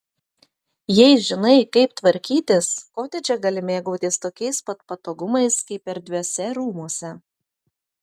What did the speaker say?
jei žinai kaip tvarkytis kotedže gali mėgautis tokiais pat patogumais kaip erdviuose rūmuose